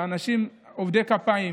ואנשים, עובדי כפיים,